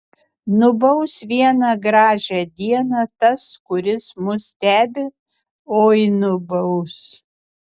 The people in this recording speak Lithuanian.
nubaus vieną gražią dieną tas kuris mus stebi oi nubaus